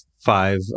five